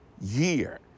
year